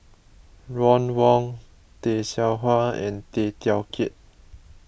Ron Wong Tay Seow Huah and Tay Teow Kiat